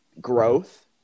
growth